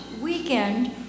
weekend